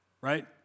Right